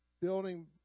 building